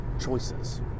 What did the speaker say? choices